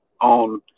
on